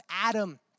Adam